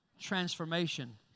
transformation